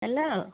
hello